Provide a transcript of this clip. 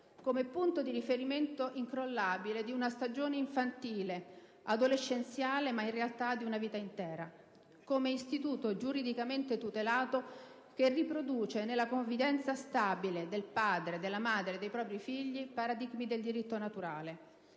come punto di riferimento incrollabile di una stagione infantile, adolescenziale, ma, in realtà, di una vita intera; come istituto giuridicamente tutelato che riproduce nella convivenza stabile del padre, della madre e dei propri figli, paradigmi del diritto naturale;